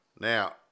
Now